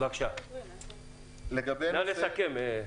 בבקשה, נא לסכם.